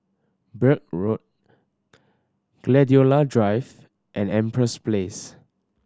Birch Road Gladiola Drive and Empress Place